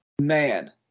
man